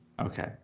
Okay